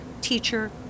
teacher